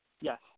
Yes